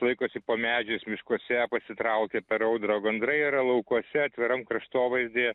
laikosi po medžiais miškuose pasitraukia per audrą gandrai yra laukuose atviram kraštovaizdyje